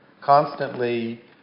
constantly